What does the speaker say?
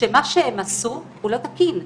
שמה שהן עשו הוא לא תקין,